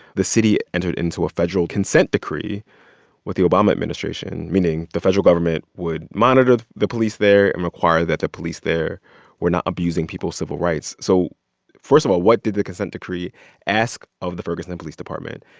the city entered into a federal consent decree with the obama administration, meaning the federal government would monitor the the police there and require that the police there were not abusing people's civil rights. so first of all, what did the consent decree ask of the ferguson police department?